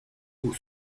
pour